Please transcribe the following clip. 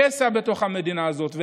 השסע בתוך המדינה הזאת.